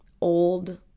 old